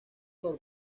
por